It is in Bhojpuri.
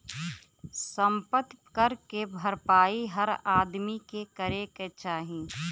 सम्पति कर के भरपाई हर आदमी के करे क चाही